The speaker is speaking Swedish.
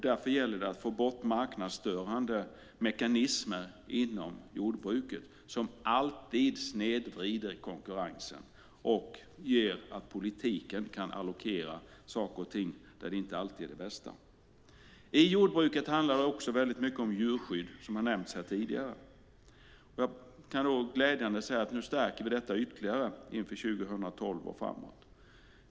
Därför gäller det att få bort marknadsstörande mekanismer inom jordbruket. Sådana snedvrider alltid konkurrensen och gör att politiken kan allokera saker och ting där det inte alltid är det bästa. Som har nämnts här tidigare handlar det i jordbruket också väldigt mycket om djurskydd. Jag kan glädjande nog säga att vi nu stärker detta ytterligare inför 2012 och framåt.